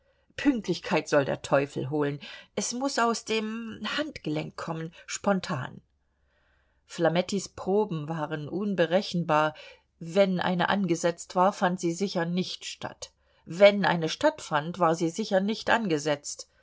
pünktlichkeit soll der teufel holen es muß aus dem handgelenk kommen spontan flamettis proben waren unberechenbar wenn eine angesetzt war fand sie sicher nicht statt wenn eine stattfand war sie sicher nicht angesetzt